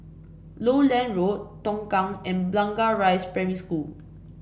Lowland Road Tongkang and Blangah Rise Primary School